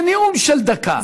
זה נאום של דקה.